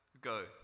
Go